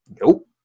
Nope